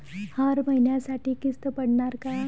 हर महिन्यासाठी किस्त पडनार का?